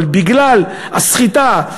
אבל בגלל הסחיטה,